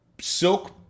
Silk